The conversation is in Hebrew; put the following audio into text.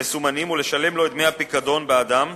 מסומנים ולשלם לו את דמי הפיקדון בעדם,